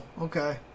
Okay